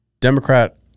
Democrat